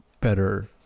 better